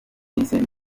vincent